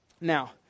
Now